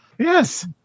Yes